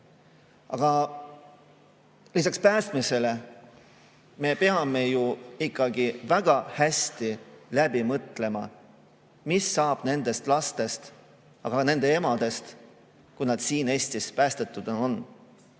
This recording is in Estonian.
Aga lisaks päästmisele me peame ju ikkagi väga hästi läbi mõtlema, mis saab nendest lastest, aga ka nende emadest, kui nad siin Eestis päästetud on.